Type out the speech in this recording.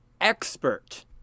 expert